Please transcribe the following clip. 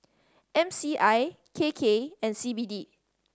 M C I K K and C B D